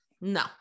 no